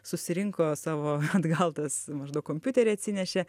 susirinko savo atgal tas maždaug kompiuterį atsinešė